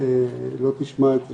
לא תשמע את זה.